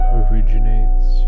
originates